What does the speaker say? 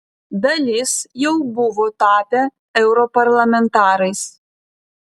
dalis jau buvo tapę europarlamentarais